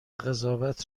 قضاوت